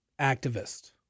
activist